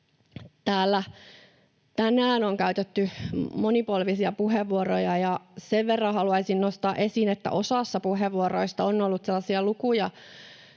tänään on käytetty monipolvisia puheenvuoroja, ja sen verran haluaisin nostaa esiin, että osassa puheenvuoroista on ollut